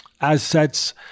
assets